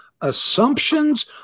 assumptions